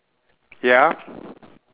ya